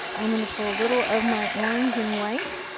i'm going to pull a little of my orange and white.